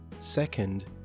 Second